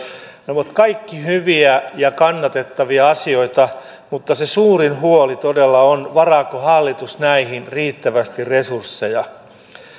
ovat kaikki hyviä ja kannatettavia asioita mutta se suurin huoli todella on varaako hallitus näihin riittävästi resursseja